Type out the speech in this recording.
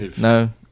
No